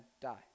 die